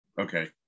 okay